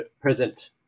present